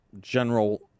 General